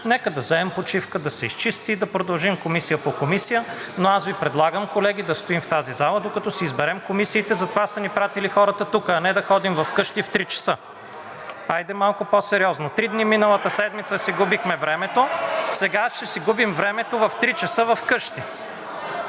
нека да вземем почивка, да се изчисти и да продължим комисия по комисия. Аз Ви предлагам, колеги, да стоим в тази зала, докато си изберем комисиите. Затова са ни пратили хората тук, а не да ходим вкъщи в три часа. Хайде малко по-сериозно. (Шум и реплики от ГЕРБ-СДС.) Три дни миналата седмица си губихме времето, сега ще си губим времето – в три часа вкъщи.